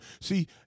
See